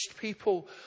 people